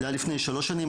זה היה לפני שלוש שנים,